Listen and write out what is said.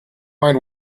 mind